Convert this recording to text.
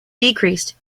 decreased